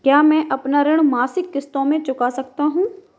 क्या मैं अपना ऋण मासिक किश्तों में चुका सकता हूँ?